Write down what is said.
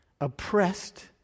oppressed